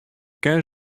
ken